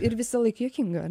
ir visąlaik juokinga